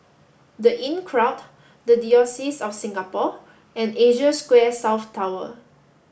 The Inncrowd The Diocese of Singapore and Asia Square South Tower